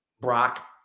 Brock